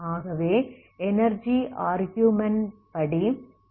ஆகவே energy argument படி அதன் யுனிக்னெஸ் நாம் காட்டலாம்